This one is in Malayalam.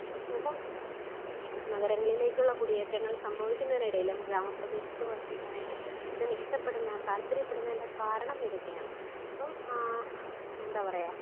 ഇപ്പം നഗരങ്ങളിലേക്കുള്ള കുടിയേറ്റങ്ങൾ സംഭവിക്കുന്നതിനിടയിലും ഗ്രാമപ്രദേശത്ത് വസിക്കാനായിട്ട് ഞാൻ ഇഷ്ടപ്പെടുന്ന താല്പര്യപ്പെടുന്നതിൻ്റെ കാരണം ഇതൊക്കെയാണ് അപ്പം എന്താ പറയുക